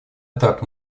так